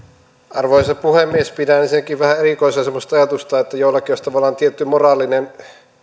arvoisa puhemies pidän ensinnäkin vähän erikoisena semmoista ajatusta että joillakin olisi tavallaan tietty moraalinen